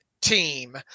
team